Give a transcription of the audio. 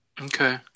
Okay